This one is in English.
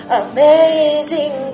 amazing